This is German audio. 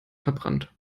verbrannt